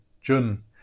Jun